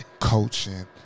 coaching